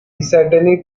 certainly